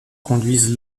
conduisent